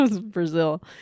Brazil